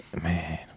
man